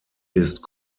ist